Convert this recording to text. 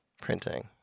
printing